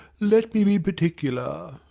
let me be particular